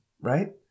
right